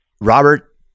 Robert